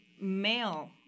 male